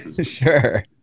sure